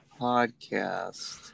Podcast